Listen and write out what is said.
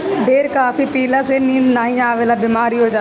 ढेर काफी पियला से नींद नाइ अवला के बेमारी हो जाला